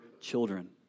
children